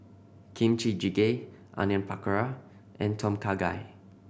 Kimchi Jjigae Onion Pakora and Tom Kha Gai